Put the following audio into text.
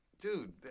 Dude